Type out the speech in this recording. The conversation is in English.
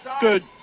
Good